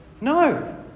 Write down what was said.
No